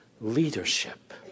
leadership